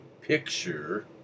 picture